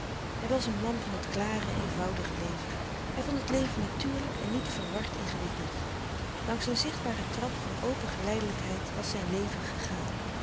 hij was een man van het klare eenvoudige leven hij vond het leven natuurlijk en niet verward ingewikkeld langs een zichtbare trap van open geleidelijkheid was zijn leven gegaan